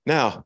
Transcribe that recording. Now